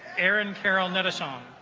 aaron carroll neda song